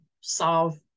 solve